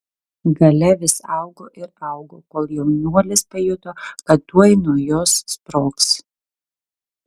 galia vis augo ir augo kol jaunuolis pajuto kad tuoj nuo jos sprogs